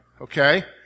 okay